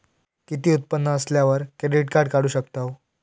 किती उत्पन्न असल्यावर क्रेडीट काढू शकतव?